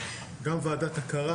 וגם ועדת הכרה,